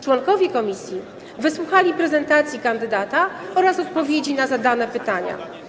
Członkowie komisji wysłuchali prezentacji kandydata oraz odpowiedzi na zadane pytania.